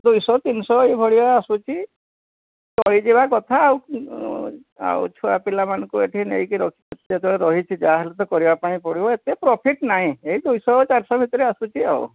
ଦୁଇଶହ ତିନିଶହ ଏହିଭଳିଆ ଆସୁଛି ଚଳିଯିବା କଥା ଆଉ ଛୁଆପିଲାମାନଙ୍କୁ ଏଠି ନେଇକି ରଖି ଯେତେବେଳେ ରହିଛି ଯାହାହେଲେ ତ କରିବା ପାଇଁ ପଡ଼ିବ ଏତେ ପ୍ରଫିଟ୍ ନାହିଁ ଏଇ ଦୁଇଶହ ଚାରିଶହ ଭିତରେ ଆସୁଛି ଆଉ